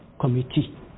Committee